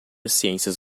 ciências